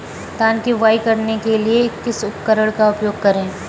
धान की बुवाई करने के लिए किस उपकरण का उपयोग करें?